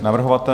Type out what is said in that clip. Navrhovatel?